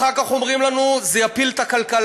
אחר כך אומרים לנו: זה יפיל את הכלכלה,